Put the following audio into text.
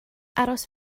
aros